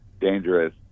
dangerous